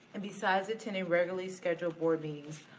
and besides attending regularly scheduled board meetings,